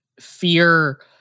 fear